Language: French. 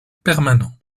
permanent